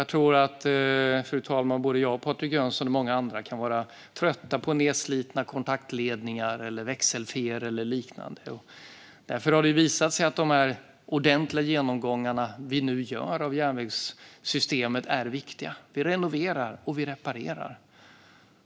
Jag tror att både jag, Patrik Jönsson och många andra kan vara trötta på nedslitna kontaktledningar, växelfel och liknande. Därför har det visat sig att de ordentliga genomgångar vi nu gör av järnvägssystemet är viktiga. Vi renoverar och reparerar.